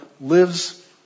lives